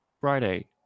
Friday